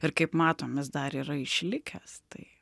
ir kaip matom jis dar yra išlikęs tai